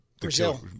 Brazil